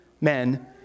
men